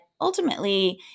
ultimately